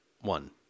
One